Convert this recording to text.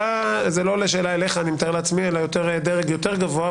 אני מתאר לעצמי שזה לא שאלה אליך אלא לדרג יותר גבוה,